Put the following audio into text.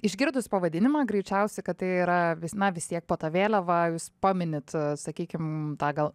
išgirdus pavadinimą greičiausiai kad tai yra vis na vis tiek po ta vėliava jūs paminit sakykim tą gal